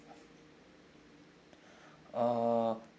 uh